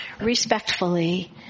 respectfully